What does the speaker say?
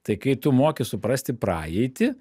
tai kai tu moki suprasti praeitį